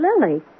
Lily